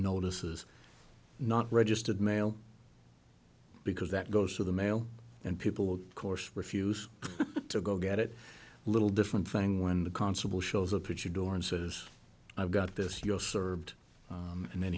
notices not registered mail because that goes through the mail and people of course refuse to go get it little different thing when the constable shows up at your door and says i've got this you're served and then